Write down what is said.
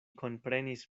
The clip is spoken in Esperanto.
komprenis